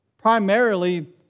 primarily